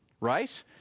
right